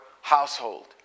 household